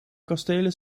kastelen